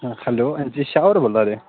hello हां जी शाह् होर बोला दे